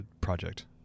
project